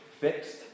fixed